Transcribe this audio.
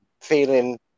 feeling